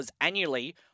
annually